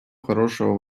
хорошего